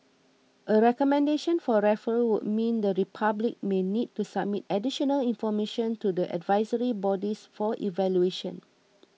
a recommendation for referral would mean the Republic may need to submit additional information to the advisory bodies for evaluation